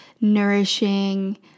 nourishing